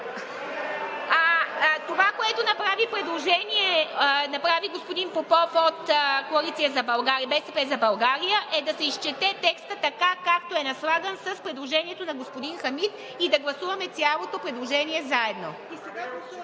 Това, което направи като предложение господин Попов от „БСП за България“, е да се изчете текстът, така както е наслаган с предложението на господин Хамид и да гласуваме цялото предложение заедно.